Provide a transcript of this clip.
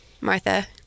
Martha